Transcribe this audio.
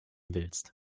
willst